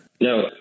No